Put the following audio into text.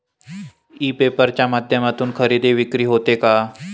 E paper च्या माध्यमातून खरेदी विक्री होते का?